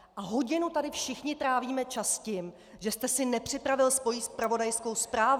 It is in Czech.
A hodinu tady všichni trávíme čas tím, že jste si nepřipravil svoji zpravodajskou zprávu.